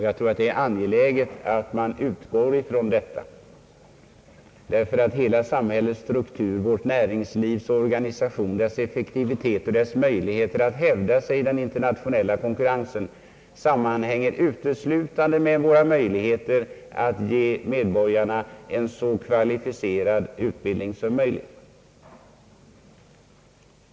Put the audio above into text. Jag tror att det är angeläget att man utgår från detta, eftersom hela samhällets struktur, vårt näringslivs organisation, dess effektivitet och dess möjligheter att hävda sig i den internationella konkurrensen =<uteslutande <sammanhänger med våra möjligheter att ge medborgarna en så kvalificerad utbildning som möjligt.